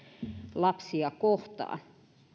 lapsia kohtaan